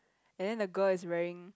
and then the girl is wearing